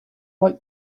like